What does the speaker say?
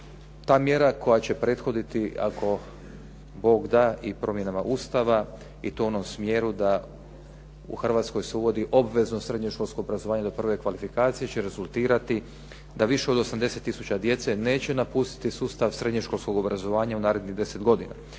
Ta mjera koja će prethoditi, ako Bog da, i promjenama Ustava i to u onom smjeru da u Hrvatskoj se uvodi obvezno srednješkolsko obrazovanje do prve kvalifikacije, će rezultirati da više od 80 tisuća djece neće napustiti sustav srednješkolskog obrazovanja u narednih 10 godina.